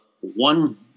one